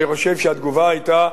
אני חושב שהתגובה היתה: